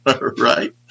Right